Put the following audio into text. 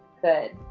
good.